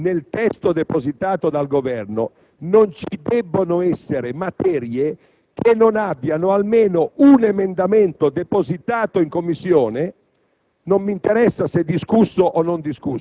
Ho detto che, secondo me, nel testo depositato dal Governo non ci debbono essere materie che non abbiano almeno un emendamento depositato in Commissione